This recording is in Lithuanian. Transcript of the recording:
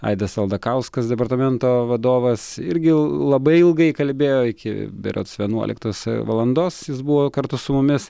aidas aldakauskas departamento vadovas irgi labai ilgai kalbėjo iki berods vienuoliktos valandos jis buvo kartu su mumis